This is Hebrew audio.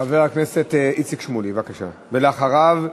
חבר הכנסת איציק שמולי, בבקשה, ולאחריו,